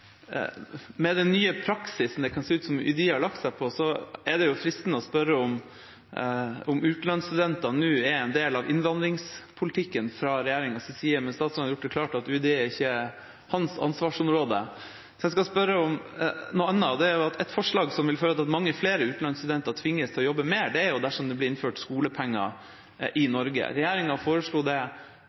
den nye praksisen det kan se ut til at UDI har lagt seg på, er det fristende å spørre om utenlandsstudenter nå er en del av innvandringspolitikken fra regjeringens side. Statsråden har gjort det klart at UDI ikke er hans ansvarsområde, så jeg skal spørre om noe annet. Noe som vil føre til at mange flere utenlandsstudenter tvinges til å jobbe mer, er dersom det blir innført skolepenger i Norge. Regjeringen foreslo det